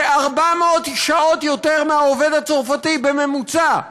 זה 400 שעות יותר מהעובד הצרפתי בממוצע.